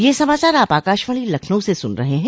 ब्रे क यह समाचार आप आकाशवाणी लखनऊ से सुन रहे हैं